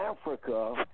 Africa